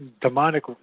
demonic